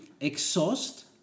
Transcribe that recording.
exhaust